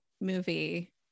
movie